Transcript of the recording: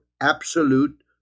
absolute